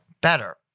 better